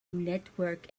network